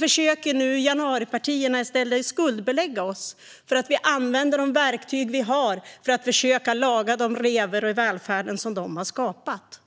försöker nu januaripartierna skuldbelägga oss för att vi använder de verktyg vi har för att försöka laga de revor i välfärden som de har skapat.